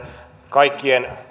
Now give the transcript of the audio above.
kaikkien